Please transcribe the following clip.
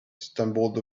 stumbled